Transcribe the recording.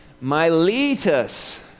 Miletus